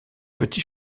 petit